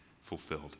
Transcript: fulfilled